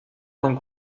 con